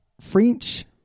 French